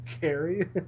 Carrie